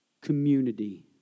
community